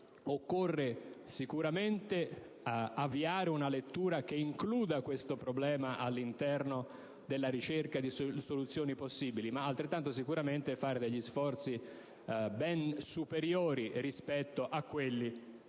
occorre avviare una lettura che includa questo problema nella ricerca di soluzioni possibili, ma altrettanto sicuramente fare sforzi ben superiori rispetto a quelli che